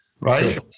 right